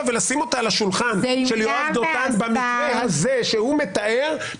ולשים אותה על השולחן של יואב דותן במקרה הזה שהוא מתאר,